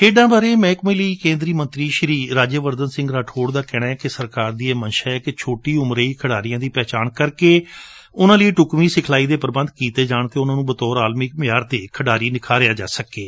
ਖੇਡਾ ਬਾਰੇ ਮਹਿਕਮੇ ਲਈ ਕੇਦਰੀ ਮੰਤਰੀ ਰਾਜਵਰਧਨ ਸਿੰਘ ਰਾਠੌਰ ਦਾ ਕਹਿਣੈ ਕਿ ਸਰਕਾਰ ਦੀ ਇਹ ਮੰਸ਼ਾ ਏ ਕਿ ਛੋਟੀ ਉਮਰੇ ਹੀ ਖਿਡਾਰੀਆਂ ਦੀ ਪਹਿਚਾਣ ਕਰਕੇ ਉਨਾਂ ਲਈ ਢੁਕਵੀਂ ਸਿਖਲਾਈ ਦੇ ਪ੍ਰਬੰਧ ਕੀਤੇ ਜਾਣ ਅਤੇ ਉਨੂਾ ਨੂੰ ਬਤੌਰ ਆਲਮੀ ਮਿਆਰ ਦੇ ਨਿਖਾਰਿਆ ਜਾ ਸਕੇ